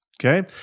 Okay